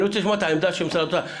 אני רוצה לשמוע את העמדה של משרד האוצר.